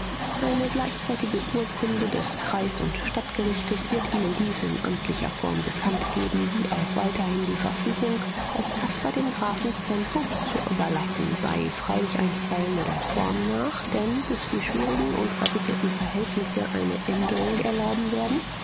eine gleichzeitige urkunde des kreis und stadtgerichtes wird ihnen dies in amtlicher form bekanntgeben wie auch weiterhin die verfügung daß caspar dem grafen stanhope zu überlassen sei freilich einstweilen nur der form nach denn bis die schwierigen und verwickelten verhältnisse eine änderung erlauben werden